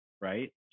right